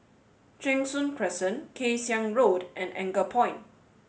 Cheng Soon Crescent Kay Siang Road and Anchorpoint